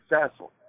successful